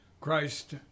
Christ